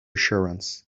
assurance